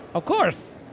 of course!